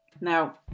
Now